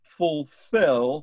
fulfill